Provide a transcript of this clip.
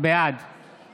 בעד